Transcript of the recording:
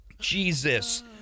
Jesus